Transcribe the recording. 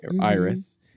Iris